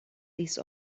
these